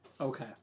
Okay